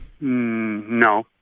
No